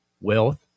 wealth